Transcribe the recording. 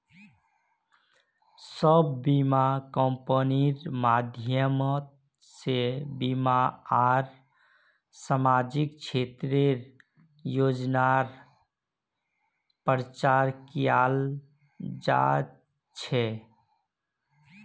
सब बीमा कम्पनिर माध्यम से बीमा आर सामाजिक क्षेत्रेर योजनार प्रचार कियाल जा छे